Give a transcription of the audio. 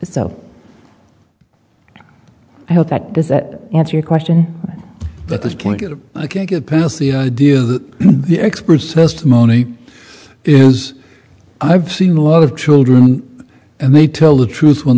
so i hope that does that answer your question at this point i can't get past the idea that the experts first mony is i've seen a lot of children and they tell the truth when